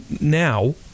now